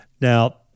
Now